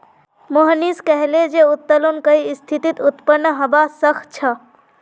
मोहनीश कहले जे उत्तोलन कई स्थितित उत्पन्न हबा सख छ